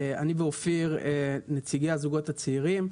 אני ואופיר נציגי הזוגות הצעירים.